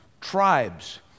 tribes